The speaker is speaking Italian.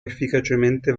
efficacemente